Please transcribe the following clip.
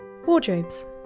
Wardrobes